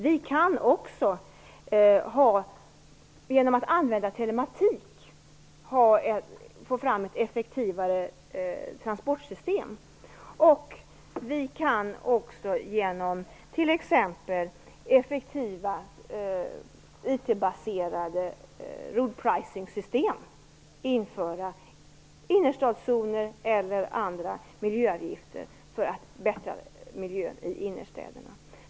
Vi kan också genom att använda telematik få fram ett effektivare transportsystem, och vi kan t.ex. genom effektiva, IT-baserade road pricing-system införa innerstadszoner eller andra miljöavgifter för att förbättra miljön i innerstäderna.